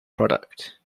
product